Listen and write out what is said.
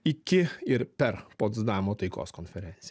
iki ir per potsdamo taikos konferenciją